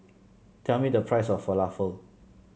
tell me the price of Falafel